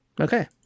Okay